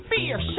fear